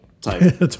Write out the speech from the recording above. type